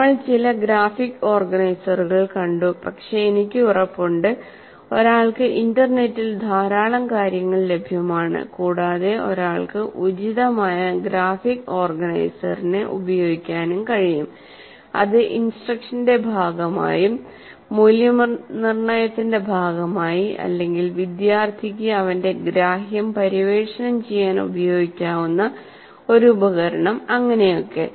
നമ്മൾ ചില ഗ്രാഫിക് ഓർഗനൈസറുകൾ കണ്ടു പക്ഷേ എനിക്ക് ഉറപ്പുണ്ട് ഒരാൾക്ക് ഇൻറർനെറ്റിൽ ധാരാളം കാര്യങ്ങൾ ലഭ്യമാണ് കൂടാതെ ഒരാൾക്ക് ഉചിതമായ ഗ്രാഫിക് ഓർഗനൈസറിനെ ഉപയോഗിക്കാൻ കഴിയുംഅത് ഇൻസ്ട്രക്ഷന്റെ ഭാഗമായും മൂല്യനിർണ്ണയത്തിന്റെ ഭാഗമായി അല്ലെങ്കിൽ വിദ്യാർത്ഥിക്ക് അവന്റെ ഗ്രാഹ്യം പര്യവേക്ഷണം ചെയ്യാൻ ഉപയോഗിക്കാവുന്ന ഒരു ഉപകരണം അങ്ങിനെയൊക്കെ